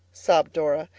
sobbed dora.